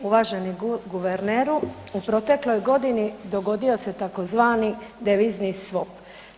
Uvaženi guverneru, u protekloj godini dogodio se tzv. devizni swap.